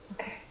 Okay